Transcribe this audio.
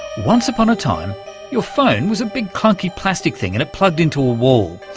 once upon a time your phone was a big clunky plastic thing and it plugged into a wall.